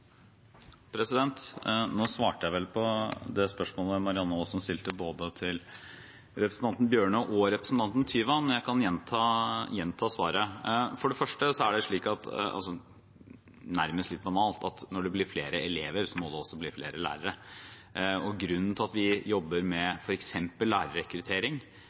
svarte vel på det spørsmålet som Marianne Aasen stilte, både til representanten Tynning Bjørnø og til representanten Tyvand, men jeg kan gjenta svaret: For det første er det slik at – og dette er nærmest litt banalt – når det blir flere elever, må det også bli flere lærere. Grunnen til at vi jobber med f.eks. lærerrekruttering